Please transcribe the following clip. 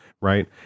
Right